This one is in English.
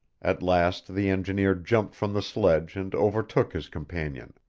at last the engineer jumped from the sledge and overtook his companion.